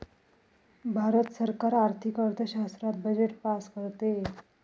भारत सरकार आर्थिक अर्थशास्त्रात बजेट पास करते